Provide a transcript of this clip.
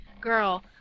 girl